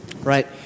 right